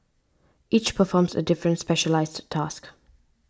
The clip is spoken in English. each performs a different specialised task